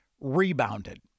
rebounded